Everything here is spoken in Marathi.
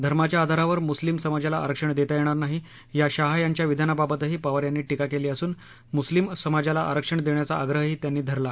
धर्माच्या आधारावर मुस्लिम समाजाला आरक्षण देता येणार नाही या शहा यांच्या विधानाबाबतही पवार यांनी टिका केली असून मुस्लिम समाजाला आरक्षण देण्याचा आप्रही त्यांनी धरला